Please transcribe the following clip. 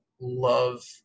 love